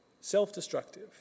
self-destructive